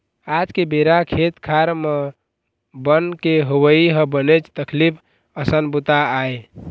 आज के बेरा खेत खार म बन के होवई ह बनेच तकलीफ असन बूता आय